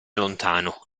lontano